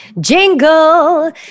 jingle